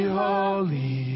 holy